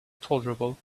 tolerable